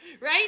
right